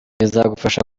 bizagufasha